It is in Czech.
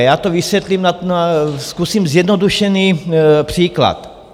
Já to vysvětlím, zkusím zjednodušený příklad.